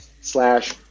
slash